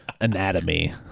anatomy